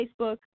Facebook